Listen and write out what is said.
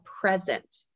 present